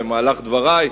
במהלך דברי,